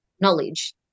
knowledge